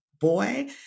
boy